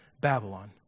Babylon